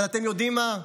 אבל אתם יודעים מה?